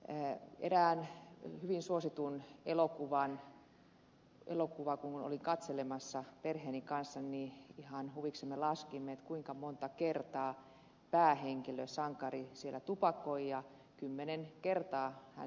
kun erään hyvin suositun elokuvan olin katsomassa perheeni kanssa niin ihan huviksemme laskimme kuinka monta kertaa päähenkilö sankari siellä tupakoi ja kymmenen kertaa hän sitä siellä teki ja jopa hississä